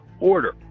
order